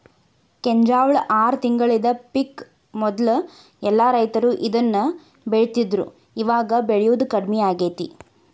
ಕೆಂಜ್ವಾಳ ಆರ ತಿಂಗಳದ ಪಿಕ್ ಮೊದ್ಲ ಎಲ್ಲಾ ರೈತರು ಇದ್ನ ಬೆಳಿತಿದ್ರು ಇವಾಗ ಬೆಳಿಯುದು ಕಡ್ಮಿ ಆಗೇತಿ